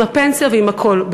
עם הפנסיה ועם הכול.